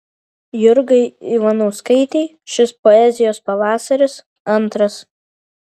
jurgai ivanauskaitei šis poezijos pavasaris antras